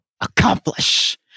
accomplish